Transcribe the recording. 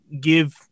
give